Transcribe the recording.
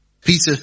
Peter